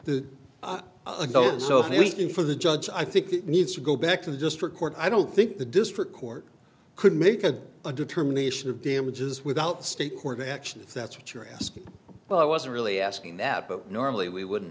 anything for the judge i think it needs to go back to the district court i don't think the district court could make a determination of damages without state court action if that's what you're asking but i wasn't really asking that but normally we wouldn't